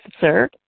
sir